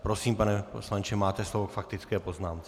Prosím, pane poslanče, máte slovo k faktické poznámce.